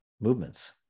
movements